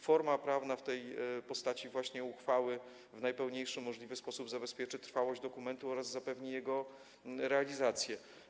Forma prawna w postaci uchwały w najpełniejszy możliwy sposób zabezpieczy trwałość dokumentu oraz zapewni jego realizację.